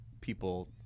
people